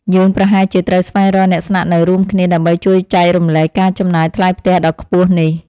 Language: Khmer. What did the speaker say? យើងប្រហែលជាត្រូវស្វែងរកអ្នកស្នាក់នៅរួមគ្នាដើម្បីជួយចែករំលែកការចំណាយថ្លៃផ្ទះដ៏ខ្ពស់នេះ។